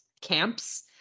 camps